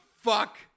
fuck